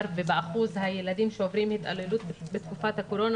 ובאחוז הילדים שעוברים התעללות בתקופת הקורונה,